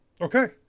Okay